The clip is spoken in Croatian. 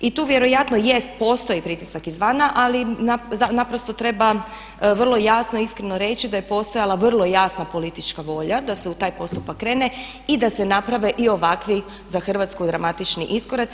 I tu vjerojatno jest, postoji pritisak izvana ali naprosto treba vrlo jasno i iskreno reći da je postojala vrlo jasna politička volja da se u taj postupak krene i da se naprave i ovakvi za Hrvatsku dramatični iskoraci.